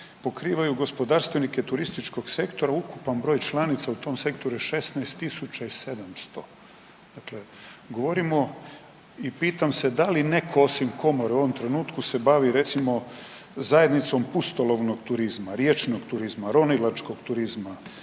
pokrivaju gospodarstvenike turističkog sektora, ukupan broj članica u tom sektoru je 16.700. Dakle, govorimo i pitam se da li netko osim komore u ovom trenutku se bavi recimo zajednicom pustolovnog turizma, riječnog turizma, ronilačkog turizma,